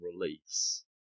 release